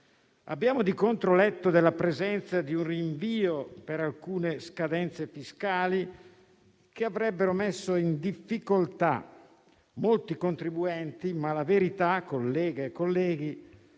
abbiamo letto della presenza di un rinvio per alcune scadenze fiscali che avrebbero messo in difficoltà molti contribuenti. Ma la verità, colleghe e colleghi,